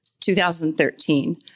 2013